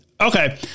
Okay